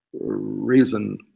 reason